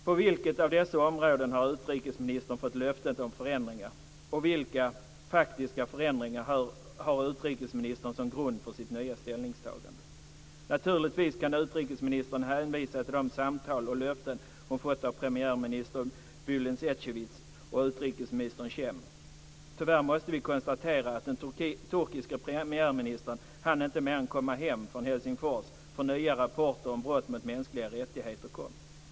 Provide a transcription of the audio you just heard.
På vilket av dessa områden har utrikesministern fått löfte om förändringar? Vilka faktiska förändringar har utrikesministern som grund för sitt nya ställningstagande? Naturligtvis kan utrikesministern hänvisa till de samtal och löften hon fått av premiärminister Bülent Ecevit och utrikesminister Cem. Tyvärr måste vi konstatera att den turkiska premiärministern inte hann mer än komma hem från Helsingfors förrän nya rapporter om brott mot mänskliga rättigheter kom.